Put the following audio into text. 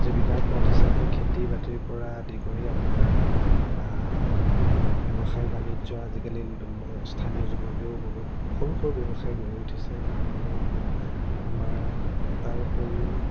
জীৱিকাৰ পথ হিচাপে খেতি বাতিৰপৰা আদি কৰি আপোনাৰ ব্যৱসায় বাণিজ্য আজিকালি স্থানীয় যুৱকেও বহুত সৰু সৰু ব্যৱসায় গঢ়ি উঠিছে তাৰ উপৰিও আমাৰ তাৰ উপৰিও